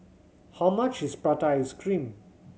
how much is prata ice cream